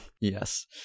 Yes